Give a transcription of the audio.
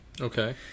Okay